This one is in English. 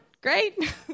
Great